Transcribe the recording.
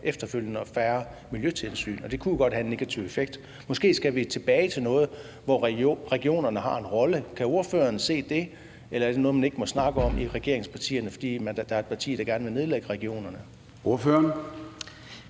efterfølgende, og det kunne jo godt have en negativ effekt. Måske skal vi tilbage til noget, hvor regionerne har en rolle. Kan ordføreren se det, eller er det noget, man ikke må snakke om i regeringspartierne, fordi der er et parti, der gerne vil nedlægge regionerne? Kl.